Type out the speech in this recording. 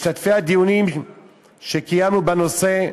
משתתפי הדיונים שקיימנו בנושא,